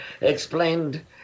explained